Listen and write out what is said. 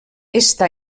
està